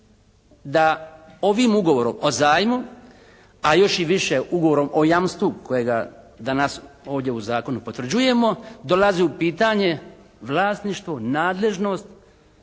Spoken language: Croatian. da ovim Ugovorom o zajmu a još i više Ugovorom o jamstvu kojega danas ovdje u zakonu potvrđujemo dolazi u pitanje vlasništvo, nadležnost